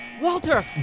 Walter